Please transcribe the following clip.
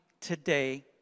today